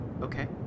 Okay